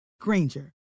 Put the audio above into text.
Granger